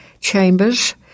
Chambers